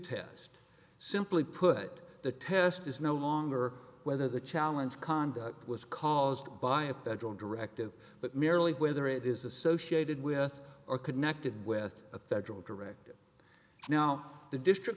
test simply put the test is no longer whether the challenge conduct was caused by a federal directive but merely whether it is associated with or connected with a federal directive now the district